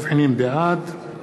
בעד